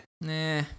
Nah